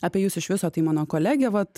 apie jus iš viso tai mano kolegė vat